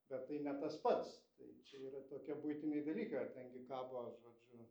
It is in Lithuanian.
bet tai ne tas pats tai čia yra tokie buitiniai dalykai ar ten gi kabo žodžiu